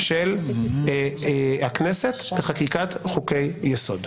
חבר הכנסת רוטמן,